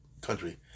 country